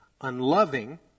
unloving